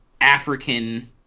African